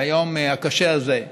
ביום הקשה הזה,